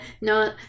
No